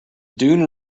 dune